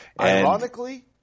Ironically